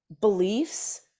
beliefs